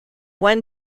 one